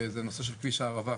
זה נושא של כביש הערבה.